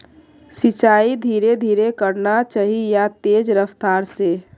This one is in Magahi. सिंचाई धीरे धीरे करना चही या तेज रफ्तार से?